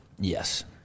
Yes